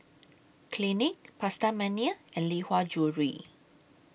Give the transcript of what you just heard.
Clinique Pasta Mania and Lee Hwa Jewellery